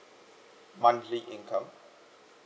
monthly income